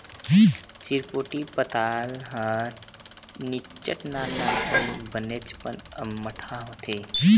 चिरपोटी पताल ह निच्चट नान नान अउ बनेचपन अम्मटहा होथे